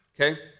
Okay